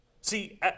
See